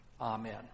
Amen